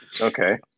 Okay